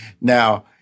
Now